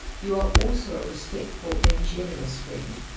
you are also a respectful and generous friend.